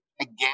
Again